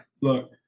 look